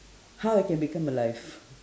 how I can become alive